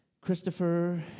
Christopher